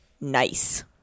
Nice